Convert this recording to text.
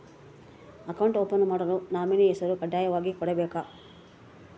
Account open ಮಾಡಲು nominee ಹೆಸರು ಕಡ್ಡಾಯವಾಗಿ ಕೊಡಬೇಕಾ?